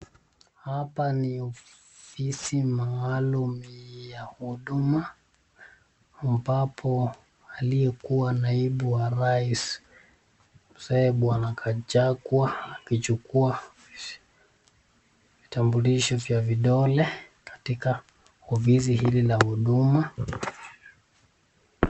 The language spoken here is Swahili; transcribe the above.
Hapa ni ofisi maalum ya huduma ambapo aliyekuwa naibu wa rais mzee bwana Gachagua akichukua vitambulisho vya vidole katika ofisi hili la huduma.